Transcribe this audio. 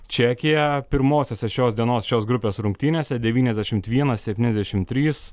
čekija pirmosiose šios dienos šios grupės rungtynėse devyniasdešimt vienas septyniasdešim trys